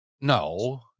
no